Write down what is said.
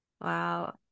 Wow